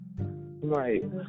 Right